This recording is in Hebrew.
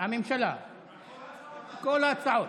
על כל ההצעות,